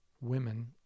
women